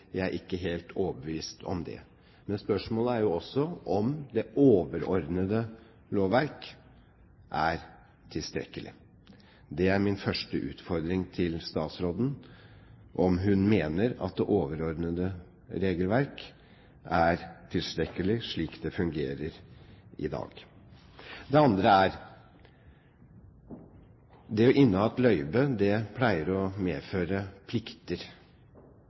Jeg er ikke helt overbevist om det. Men spørsmålet er jo også om det overordnede lovverk er tilstrekkelig. Det er min første utfordring til statsråden, om hun mener at det overordnede regelverk er tilstrekkelig slik det fungerer i dag. Det andre er: Det å inneha et løyve pleier å medføre plikter